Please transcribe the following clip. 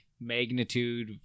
magnitude